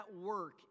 work